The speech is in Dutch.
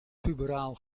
puberaal